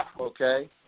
okay